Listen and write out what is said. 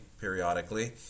periodically